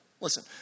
Listen